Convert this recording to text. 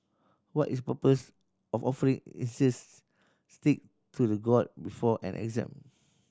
what is purpose of offering incense stick to the god before an exam